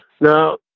Now